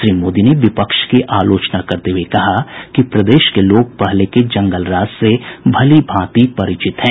श्री मोदी ने विपक्ष की आलोचना करते हुए कहा कि प्रदेश के लोग पहले के जंगलराज से भलीभांति परिचित हैं